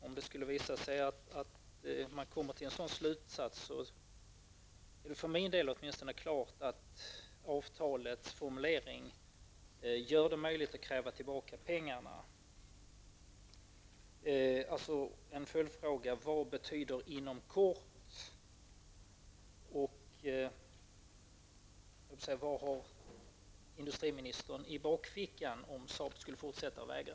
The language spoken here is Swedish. Om man skulle komma fram till denna slutsats, står det klart att avtalets formulering gör det möjligt att kräva tillbaka pengarna. Jag vill då ställa ett par följdfrågor: Vad betyder ''inom kort''? Vad har industriministern i bakfickan om Saab skulle fortsätta att vägra?